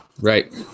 Right